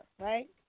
right